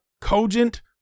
cogent